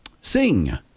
sing